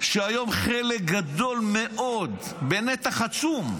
שהיום חלק גדול מאוד, נתח עצום,